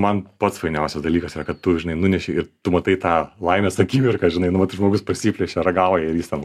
man pats fainiausias dalykas yra kad tu žinai nuneši ir tu matai tą laimės akimirką žinai nu vat žmogus prasiplėšia ragauja ir jis ten